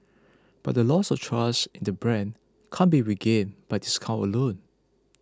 but the loss of trust in the brand can't be regained by discounts alone